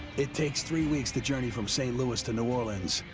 it takes three weeks to journey from st. louis to new orleans,